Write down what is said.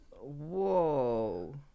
Whoa